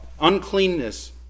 Uncleanness